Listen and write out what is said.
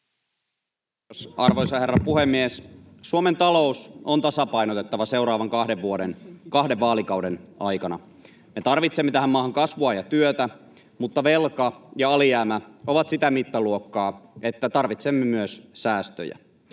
arvoisa herra puhemies! Suomen talous on tasapainotettava seuraavien kahden vaalikauden aikana. Me tarvitsemme tähän maahan kasvua ja työtä, mutta velka ja alijäämä ovat sitä mittaluokkaa, että tarvitsemme myös säästöjä.